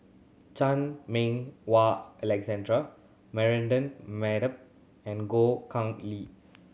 Chan Meng Wah Alexander Mardan Madat and Goh Khang Lee